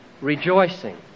rejoicing